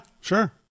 sure